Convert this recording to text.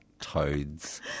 toads